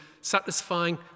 satisfying